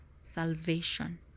salvation